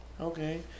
Okay